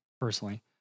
personally